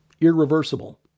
irreversible